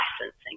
licensing